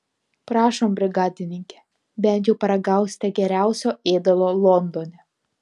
prašom brigadininke bent jau paragausite geriausio ėdalo londone